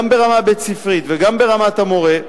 גם ברמה בית-ספרית וגם ברמת המורה,